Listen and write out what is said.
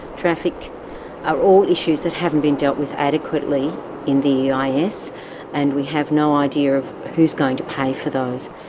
traffic are all issues that haven't been dealt with adequately in the eis and we have no idea of who's going to pay for those.